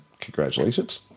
Congratulations